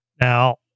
Now